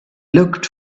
looked